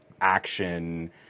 action